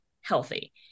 healthy